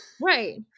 Right